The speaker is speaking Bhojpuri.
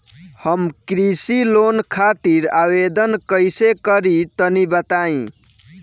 हम कृषि लोन खातिर आवेदन कइसे करि तनि बताई?